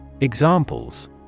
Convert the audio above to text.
Examples